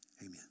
Amen